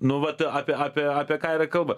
nu va tai apie apie apie ką yra kalba